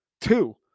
Two